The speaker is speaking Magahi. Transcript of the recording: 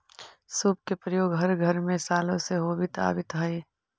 सूप के प्रयोग हर घर में सालो से होवित आवित हई